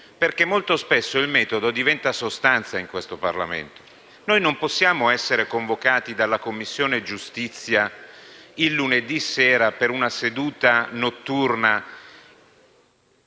perché molto spesso il metodo diventa sostanza in questo Parlamento. Non possiamo essere convocati dalla Commissione giustizia il lunedì sera per una seduta notturna,